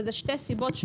אבל אלה שתי סיבות שונות.